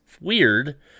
weird